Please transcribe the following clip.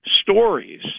stories